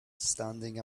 standing